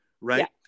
Right